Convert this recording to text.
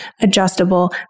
adjustable